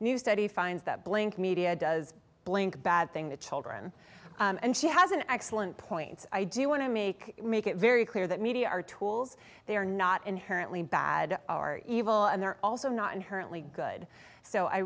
study finds that blink media does blink bad thing to children and she has an excellent point i do want to make make it very clear that media are tools they are not inherently bad are evil and they're also not inherently good so i